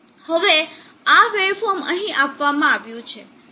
હવે આ વેવફોર્મ અહીં આપવામાં આવ્યું છે